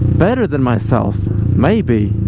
better than myself maybe